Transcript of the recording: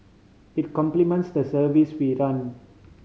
it complements the service we run